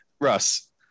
Russ